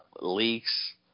leaks